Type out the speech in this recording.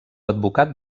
advocat